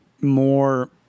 more